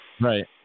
Right